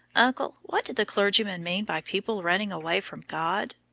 uncle, what did the clergyman mean by people running away from god?